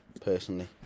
personally